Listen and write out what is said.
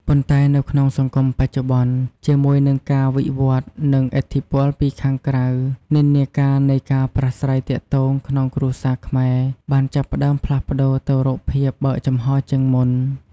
ប៉ុន្តែនៅក្នុងសង្គមបច្ចុប្បន្ន ជាមួយនឹងការវិវឌ្ឍន៍ និងឥទ្ធិពលពីខាងក្រៅ និន្នាការនៃការប្រាស្រ័យទាក់ទងក្នុងគ្រួសារខ្មែរបានចាប់ផ្ដើមផ្លាស់ប្តូរទៅរកភាព បើកចំហរ ជាងមុន។